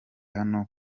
hano